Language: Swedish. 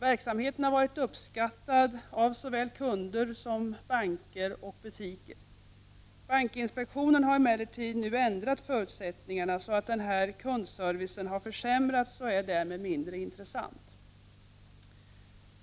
Verksamheten har varit uppskattad av såväl kunder som banker och butiker. Bankinspektionen har emellertid nu ändrat förutsättningarna så att denna kundservice har försämrats och därmed är mindre intressant.